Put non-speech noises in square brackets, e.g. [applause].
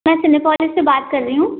मैं [unintelligible] से बात कर रही हूँ